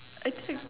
I think